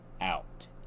out